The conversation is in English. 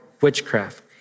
witchcraft